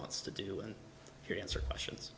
lots to do in your answer questions